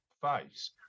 face